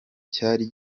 cyari